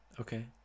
Okay